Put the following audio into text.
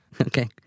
okay